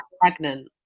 pregnant